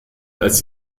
als